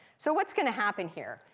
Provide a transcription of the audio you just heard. so what's going to happen here?